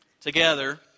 together